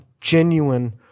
genuine